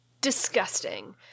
disgusting